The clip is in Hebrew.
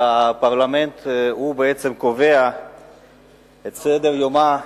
והפרלמנט בעצם קובע את סדר-יומה,